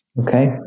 okay